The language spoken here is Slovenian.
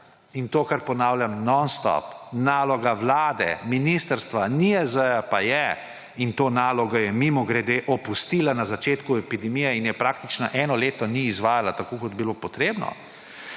In to, kar ponavljam nonstop, naloga vlade, ministrstva, NIJZ pa je − in to nalogo je, mimogrede, opustila na začetku epidemije in je praktično eno leto ni izvajala, tako kot bi bilo treba